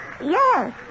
yes